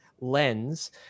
lens